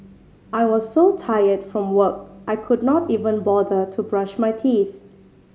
I was so tired from work I could not even bother to brush my teeth